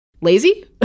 Lazy